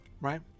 right